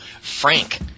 Frank